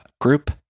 group